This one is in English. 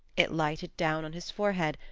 it lighted down on his forehead,